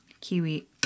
kiwi